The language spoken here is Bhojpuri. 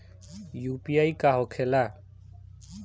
यू.पी.आई का होखेला?